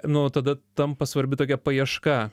nu tada tampa svarbi tokia paieška